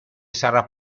sarà